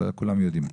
לא כולם יודעים.